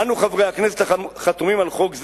אנו, חברי הכנסת החתומים על חוק זה,